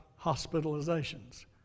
hospitalizations